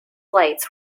lights